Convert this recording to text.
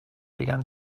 began